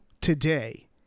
today